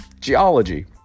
Geology